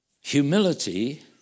Humility